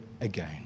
again